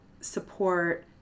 support